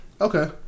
Okay